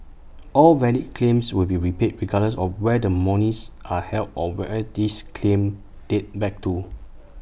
all valid claims will be repaid regardless of where the monies are held or where these claims date back to